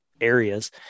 areas